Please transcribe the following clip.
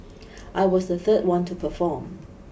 I was the third one to perform